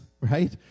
right